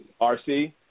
RC